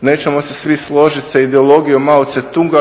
nećemo se svi složiti sa ideologijom …, ali